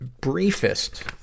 briefest